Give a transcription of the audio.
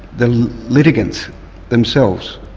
the litigants themselves,